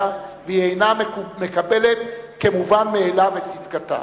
והיא אינה מקבלת כמובן מאליו את צדקתה.